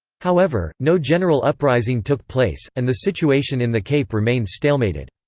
however, no general uprising took place, and the situation in the cape remained stalemated.